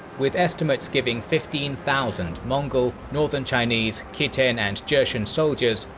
with estimates giving fifteen thousand mongol, northern chinese, khitan and jurchen soldiers,